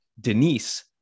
Denise